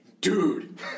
dude